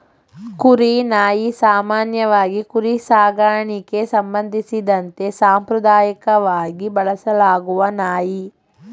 ಕುರಿ ನಾಯಿ ಸಾಮಾನ್ಯವಾಗಿ ಕುರಿ ಸಾಕಣೆಗೆ ಸಂಬಂಧಿಸಿದಂತೆ ಸಾಂಪ್ರದಾಯಕವಾಗಿ ಬಳಸಲಾಗುವ ನಾಯಿ